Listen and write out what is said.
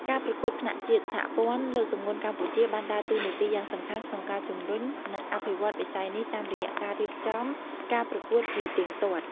ការប្រកួតថ្នាក់ជាតិ សហព័ន្ធលើកទម្ងន់កម្ពុជា បានដើរតួនាទីយ៉ាងសំខាន់ក្នុងការជំរុញ និងអភិវឌ្ឍន៍វិស័យនេះតាមរយៈការរៀបចំការប្រកួតជាទៀងទាត់។